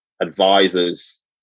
advisors